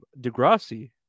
Degrassi